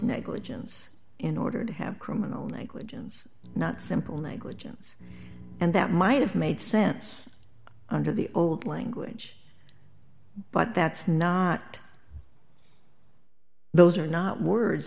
negligence in order to have criminal negligence not simple negligence and that might have made sense under the old language but that's not those are not words